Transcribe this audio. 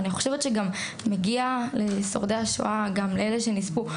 אני חושבת שגם מגיע לשורדי השואה ולאלה שנספו,